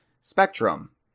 spectrum